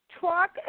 talk